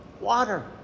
water